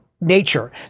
nature